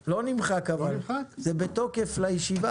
אבל בתי הדפוס